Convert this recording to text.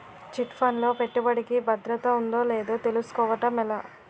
Chit fund లో పెట్టుబడికి భద్రత ఉందో లేదో తెలుసుకోవటం ఎలా?